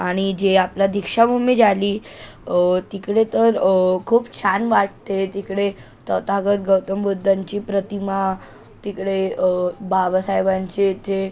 आणि जे आपलं दीक्षाभूमी झाली तिकडे तर खूप छान वाटते तिकडे तथागत गौतम बुद्धांची प्रतिमा तिकडे बाबासाहेबांचे ते